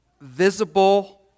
visible